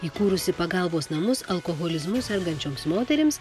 įkūrusi pagalbos namus alkoholizmu sergančioms moterims